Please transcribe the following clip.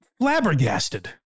flabbergasted